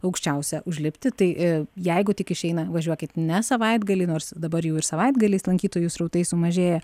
aukščiausią užlipti tai jeigu tik išeina važiuokit ne savaitgalį nors dabar jau ir savaitgaliais lankytojų srautai sumažėję